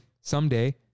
someday